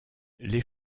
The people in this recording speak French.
les